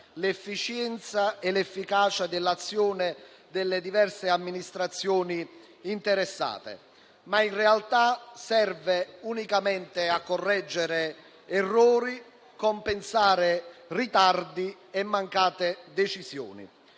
l'efficienza e l'efficacia dell'azione delle diverse amministrazioni interessate, ma in realtà serve unicamente a correggere errori, compensare ritardi e mancate decisioni;